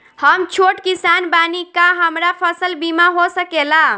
हम छोट किसान बानी का हमरा फसल बीमा हो सकेला?